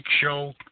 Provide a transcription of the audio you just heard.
show